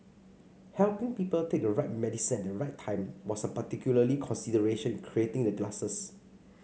helping people take the right medicine at the right time was a particular consideration in creating the glasses